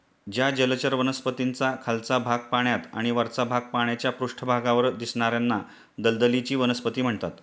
ज्या जलचर वनस्पतींचा खालचा भाग पाण्यात आणि वरचा भाग पाण्याच्या पृष्ठभागावर दिसणार्याना दलदलीची वनस्पती म्हणतात